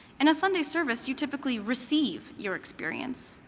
in a sunday service, you typically receive your experience,